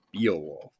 Beowulf